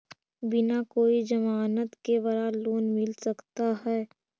बिना कोई जमानत के बड़ा लोन मिल सकता है?